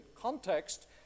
context